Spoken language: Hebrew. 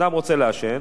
אדם רוצה לעשן,